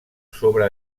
sobre